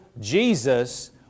Jesus